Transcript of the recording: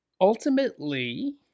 Ultimately